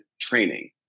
training